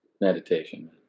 Meditation